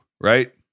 right